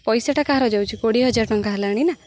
ପଇସାଟା କାହାର ଯାଉଛି କୋଡ଼ିଏ ହଜାର ଟଙ୍କା ହେଲାଣି ନା